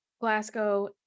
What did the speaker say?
Glasgow